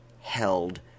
held